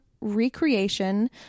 recreation